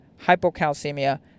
hypocalcemia